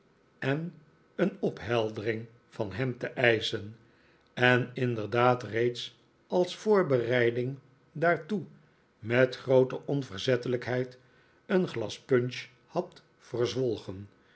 en een opheldering van hem te eischen en inderdaad feeds als voorbereiding daartoe met groote onverzettelijkheid een glas punch had verzwolgen